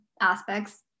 aspects